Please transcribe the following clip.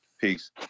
Peace